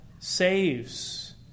saves